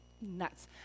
nuts